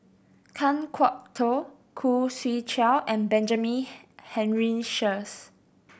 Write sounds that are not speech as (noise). Kan Kwok Toh Khoo Swee Chiow and Benjamin (unintelligible) Henry Sheares